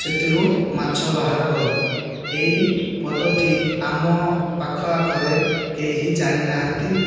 ସେଥିରୁ ମାଛ ବାହାର କରୁ ଏହି ପଦ୍ଧତି ଆମ ପାଖ ଆଖରେ କେହି ଜାଣିନାହାନ୍ତି